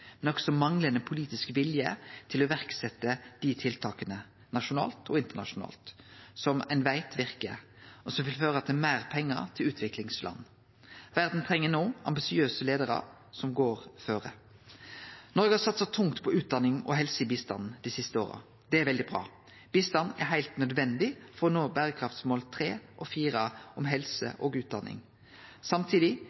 men også manglande politisk vilje til å setje i verk dei tiltaka nasjonalt og internasjonalt som ein veit verkar – og som vil føre til meir pengar til utviklingsland. Verda treng no ambisiøse leiarar som går føre. Noreg har satsa tungt på utdanning og helse i bistanden dei siste åra – det er veldig bra. Bistand er heilt nødvendig for å nå berekraftsmåla nr. 3 og 4 om